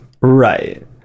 right